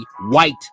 white